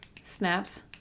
Snaps